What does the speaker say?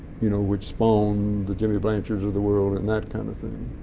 you know, would spawn the jimmy blanchards of the world and that kind of thing,